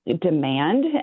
demand